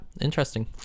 Interesting